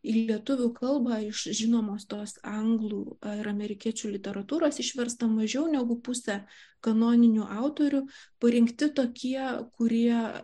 į lietuvių kalbą iš žinomos tos anglų ar amerikiečių literatūros išversta mažiau negu pusė kanoninių autorių parinkti tokie kurie